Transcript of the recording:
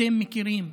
אתם מכירים.